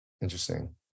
Interesting